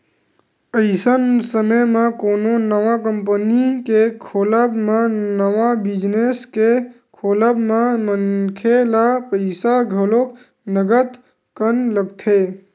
अइसन समे म कोनो नवा कंपनी के खोलब म नवा बिजनेस के खोलब म मनखे ल पइसा घलो नंगत कन लगथे